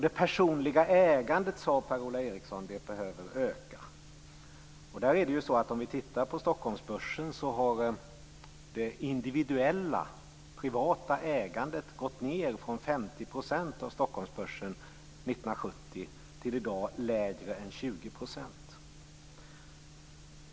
Det personliga ägandet, sade Per-Ola Eriksson, behöver öka. På Stockholmsbörsen har det individuella privata ägandet gått ned från 50 % 1970 till i dag lägre än 20 %.